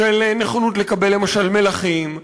של נכונות לקבל למשל מלחים.